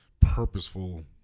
purposeful